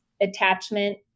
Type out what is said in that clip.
attachment